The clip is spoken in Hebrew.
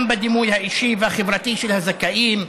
גם בדימוי האישי והחברתי של הזכאים,